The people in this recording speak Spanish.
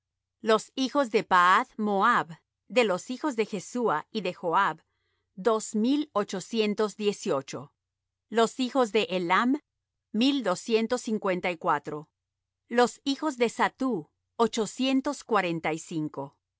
los hijos de pahath moab de los hijos de jesuá y de joab dos mil ochocientos dieciocho los hijos de elam mil doscientos cincuenta y cuatro los hijos de zattu ochocientos cuarenta y cinco